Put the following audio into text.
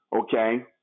Okay